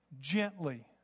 gently